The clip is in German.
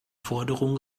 forderungen